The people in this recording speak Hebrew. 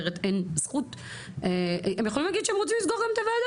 הם יכולים להגיד גם שהם רוצים לסגור את הוועדה,